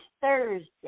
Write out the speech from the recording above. Thursday